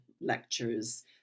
lectures